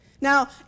Now